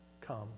come